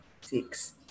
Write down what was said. six